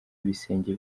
ibisenge